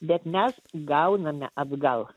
bet mes gauname atgal